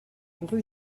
rue